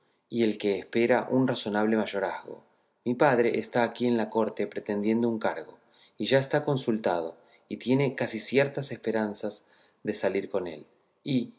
y el que espera un razonable mayorazgo mi padre está aquí en la corte pretendiendo un cargo y ya está consultado y tiene casi ciertas esperanzas de salir con él y